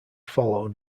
followed